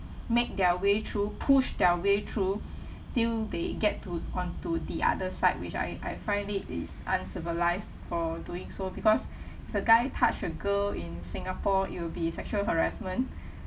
make their way through pushed their way through till they get to onto the other side which I I find it is uncivilised for doing so because if a guy touch a girl in singapore it will be sexual harassment